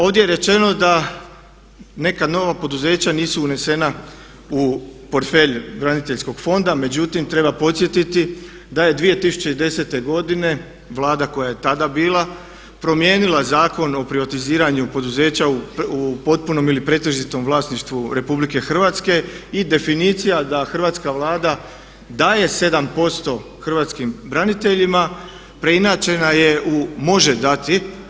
Ovdje je rečeno da neka nova poduzeća nisu unesena u portfelj braniteljskog fonda međutim treba podsjetiti da je 2010. godine Vlada koja je tada bila promijenila Zakon o privatiziranju poduzeća u potpunom ili pretežitom vlasništvu Republike Hrvatske i definicija da Hrvatska vlada daje 7% hrvatskim braniteljima preinačena je u može dati.